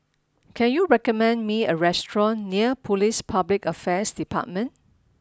can you recommend me a restaurant near Police Public Affairs Department